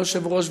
היושב-ראש,